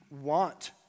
want